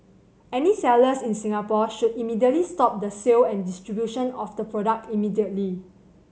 any sellers in Singapore should immediately stop the sale and distribution of the product immediately